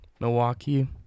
Milwaukee